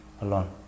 alone